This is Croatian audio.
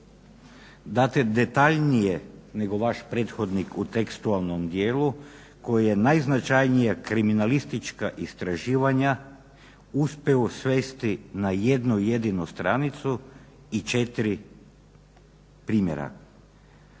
date detaljnije nego vaš prethodnik u tekstualnom dijelu koja je najznačajnija kriminalistička istraživanja uspeo svesti na jednu jedinu stranicu i 4 primjera.